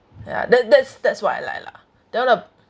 ya that that's that's what I like lah then want to